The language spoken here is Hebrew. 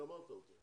גמרת אותו.